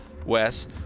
Wes